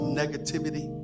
negativity